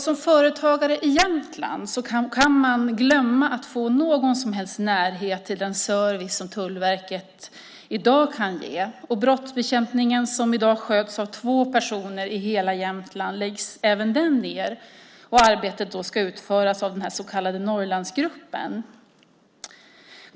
Som företagare i Jämtland kan man glömma att få någon som helst närhet till den service som Tullverket i dag kan ge. Brottsbekämpningen, som i dag sköts av två personer i hela Jämtland, läggs ned även den. Arbetet ska utföras av den så kallade Norrlandsgruppen.